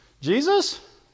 Jesus